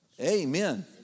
Amen